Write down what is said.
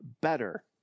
better